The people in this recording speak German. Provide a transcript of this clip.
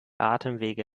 atemwege